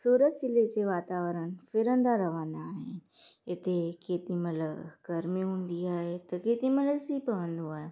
सूरत ज़िले जे वातावरण फिरंदा रहंदा आहिनि इते केॾीमहिल गरमी हूंदी आहे त केॾीमहिल सीउ पवंदो आहे